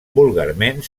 vulgarment